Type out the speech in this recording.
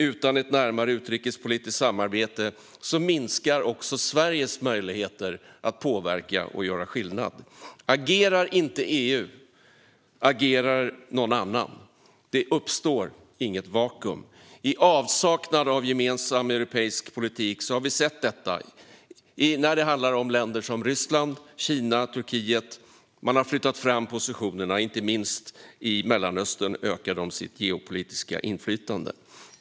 Utan ett närmare utrikespolitiskt samarbete minskar också Sveriges möjligheter att påverka och göra skillnad. Agerar inte EU agerar någon annan. Det uppstår inget vakuum. I avsaknad av gemensam europeisk politik har vi sett detta när det handlar om länder som Ryssland, Kina och Turkiet. De har flyttat fram positionerna. Inte minst i Mellanöstern ökar de sitt geopolitiska inflytande.